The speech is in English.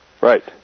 Right